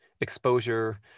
exposure